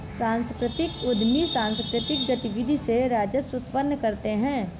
सांस्कृतिक उद्यमी सांकृतिक गतिविधि से राजस्व उत्पन्न करते हैं